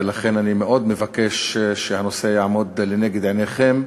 ולכן אני מאוד מבקש שהנושא יעמוד לנגד עיניכם,